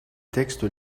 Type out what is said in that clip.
texte